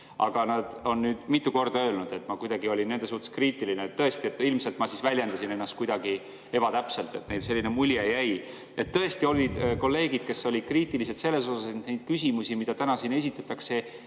Aga nad on nüüd mitu korda öelnud, et ma olin nende suhtes kriitiline. Tõesti, ilmselt ma siis väljendasin ennast kuidagi ebatäpselt, et neile selline mulje jäi. Tõesti, mõned kolleegid olid kriitilised selle suhtes, et neid küsimusi, mida täna siin esitatakse,